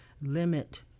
limit